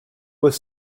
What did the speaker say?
was